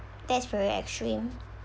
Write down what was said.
that's very extreme